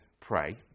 pray